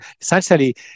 essentially